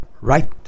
right